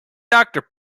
doctor